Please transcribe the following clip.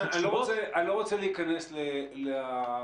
אני לא רוצה להיכנס לדקדוקים.